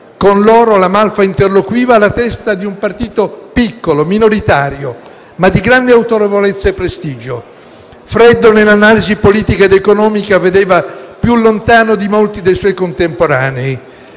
Con loro La Malfa interloquiva, alla testa di un partito piccolo, minoritario, ma di grande autorevolezza e prestigio. Freddo nell'analisi politica ed economica, vedeva più lontano di molti dei suoi contemporanei